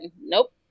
nope